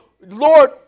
Lord